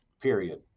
period